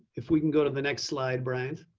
if we can go to the next slide, bryant.